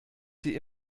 sie